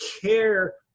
care